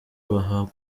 bahabwa